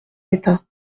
d’état